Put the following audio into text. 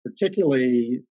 particularly